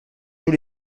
tous